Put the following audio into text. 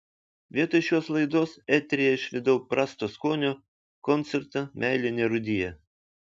vietoj šios laidos eteryje išvydau prasto skonio koncertą meilė nerūdija